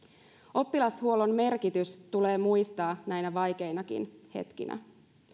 oppilashuollon merkitys tulee muistaa näinä vaikeinakin hetkinä